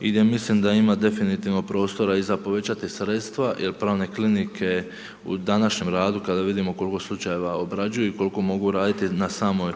i gdje mislim da ima definitivno prostora i za povećati sredstva jer pravne klinike u današnjem radu kada vidimo koliko slučajeva obrađuju i koliko mogu raditi na samoj